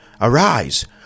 Arise